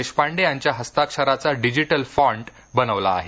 देशपांडे यांच्या हस्ताक्षराचा digital font बनविला आहे